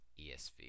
ESV